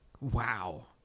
wow